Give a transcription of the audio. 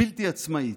בלתי עצמאית.